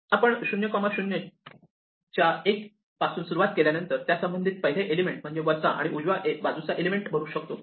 आपण 00 च्या 1 पासून सुरुवात केल्यानंतर त्यासंबंधित पहिले एलिमेंट म्हणजे वरचा आणि उजव्या बाजूचा एलिमेंट भरू शकतो